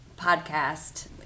podcast